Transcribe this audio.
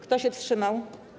Kto się wstrzymał?